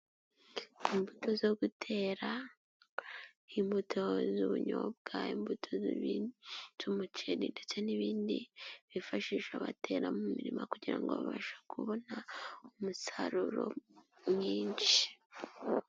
Imbuto zo gutera, imbuto z'ubunyobwa, imbuto z'umuceri ndetse n'ibindi bifashisha batera mu mirima kugira ngo babashe kubona umusaruro mwinshi.